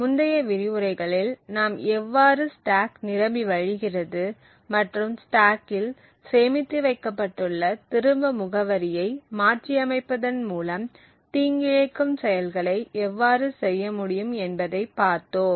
முந்தைய விரிவுரைகளில் நாம் எவ்வாறு ஸ்டேக் நிரம்பி வழிகிறது மற்றும் ஸ்டேக்கில் சேமித்து வைக்கப்பட்டுள்ள திரும்ப முகவரியை மாற்றியமைப்பதன் மூலம் தீங்கிழைக்கும் செயல்களை எவ்வாறு செய்ய முடியும் என்பதைப் பார்த்தோம்